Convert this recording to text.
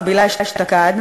צרכנים,